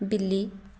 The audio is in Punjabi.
ਬਿੱਲੀ